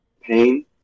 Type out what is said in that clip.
pain